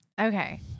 Okay